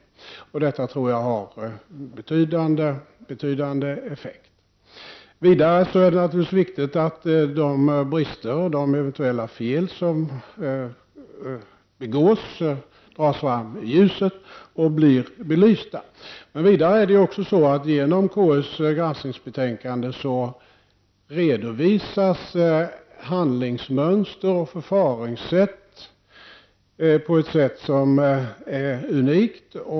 Detta tror jag har en betydande effekt. Vidare är det naturligtvis viktigt att de brister och de eventuella fel som begås tas fram i ljuset och blir belysta. Genom KUs granskningsbetänkande redovisas handlingsmönster och förfaringssätt på ett sätt som är unikt.